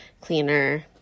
cleaner